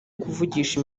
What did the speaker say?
kuvugisha